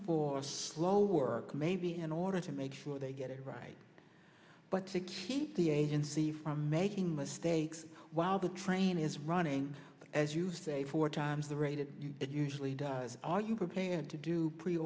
for slow work may be in order to make sure they get it right but to keep the agency from making mistakes while the train is running as you say four times the rate it usually does are you prepared to do pre